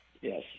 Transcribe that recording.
yes